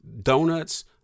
donuts